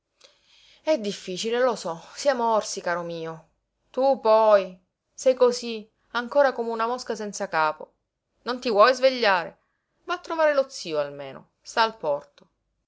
è difficile lo so siamo orsi caro mio tu poi sei cosí ancora come una mosca senza capo non ti vuoi svegliare va a trovare lo zio almeno sta al porto